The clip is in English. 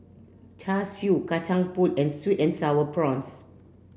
char siu kacang pool and sweet and sour prawns